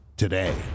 today